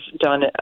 done